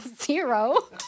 Zero